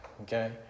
okay